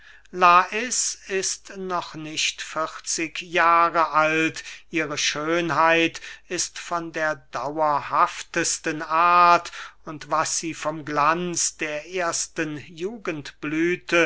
ist noch nicht vierzig jahre alt ihre schönheit ist von der dauerhaftesten art und was sie vom glanz der ersten